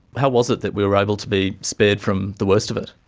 how was it that we were able to be spared from the worst of it?